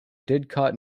didcot